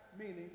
meaning